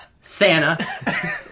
Santa